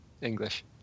English